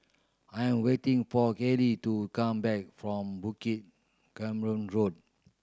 I am waiting for Keely to come back from Bukit Road